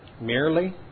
merely